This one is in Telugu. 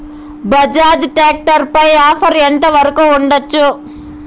బజాజ్ టాక్టర్ పై ఆఫర్ ఎంత వరకు ఉండచ్చు?